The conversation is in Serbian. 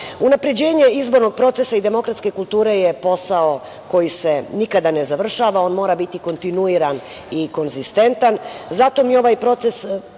rezultata. Unapređenje izbornog procesa i demokratske kulture je posao koji se nikada ne završava, on mora biti kontinuiran i konzistentan, zato mi ovaj proces